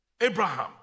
Abraham